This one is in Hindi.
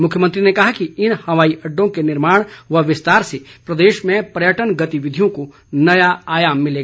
मुख्यमंत्री ने कहा कि इन हवाई अड्डों के निर्माण व विस्तार से प्रदेश में पयर्टन गतिविधियों को नया आयाम मिलेगा